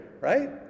right